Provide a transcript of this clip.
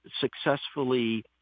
successfully